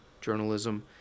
journalism